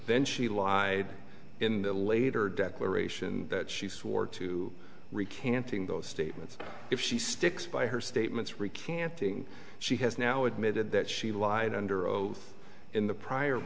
then she lied in the later declaration that she swore to recant thing those statements if she sticks by her statements recant thing she has no admitted that she lied under oath in the prior